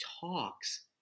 talks